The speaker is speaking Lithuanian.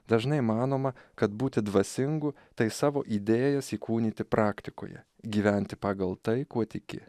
dažnai manoma kad būti dvasingu tai savo idėjas įkūnyti praktikoje gyventi pagal tai kuo tiki